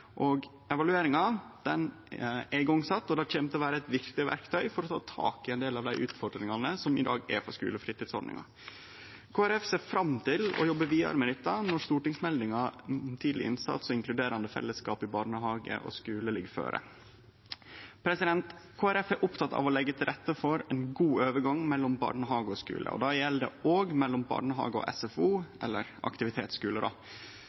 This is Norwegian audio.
Evalueringa er sett i gang og kjem til å vere eit viktig verktøy for å ta tak i ein del av dei utfordringane som skulefritidsordninga har i dag. Kristeleg Folkeparti ser fram til å jobbe vidare med dette når stortingsmeldinga om tidleg innsats og inkluderande fellesskap i barnehage og skule ligg føre. Kristeleg Folkeparti er oppteke av å leggje til rette for ein god overgang mellom barnehage og skule, og det gjeld òg mellom barnehage og